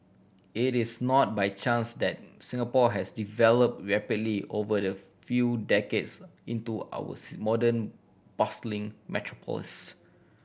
it is not by chance that Singapore has develop rapidly over the few decades into our C modern bustling metropolis